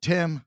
Tim